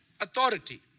authority